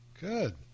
Good